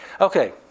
okay